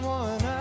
one